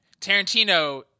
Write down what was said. Tarantino